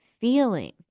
feeling